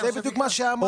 אבל זה בדיוק מה שאמרתי.